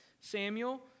Samuel